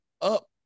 up